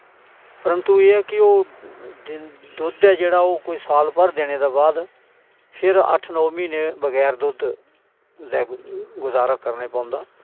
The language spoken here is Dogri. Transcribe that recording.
परंतु एह् ऐ कि ओह् दुध ऐ जेह्ड़ा कोई साल भर देने दे बाद फिर अट्ठ नौ म्हीने बगैर दुध दे गुजारा करने पौंदा